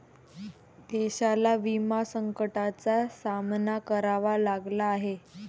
देशाला विमा संकटाचा सामना करावा लागला आहे